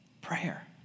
Prayer